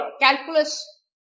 calculus